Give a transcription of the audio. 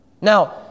Now